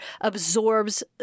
absorbs